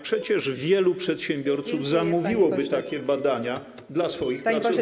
Przecież wielu przedsiębiorców zamówiłoby takie badania dla swoich pracowników.